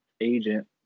agent